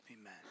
Amen